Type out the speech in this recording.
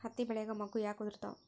ಹತ್ತಿ ಬೆಳಿಯಾಗ ಮೊಗ್ಗು ಯಾಕ್ ಉದುರುತಾವ್?